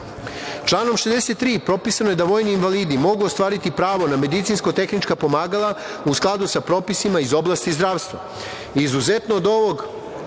63. propisano je da vojni invalidi mogu ostvariti pravo na medicinska i tehnička pomagala, u skladu sa propisima iz oblasti zdravstva.